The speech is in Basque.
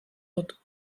dut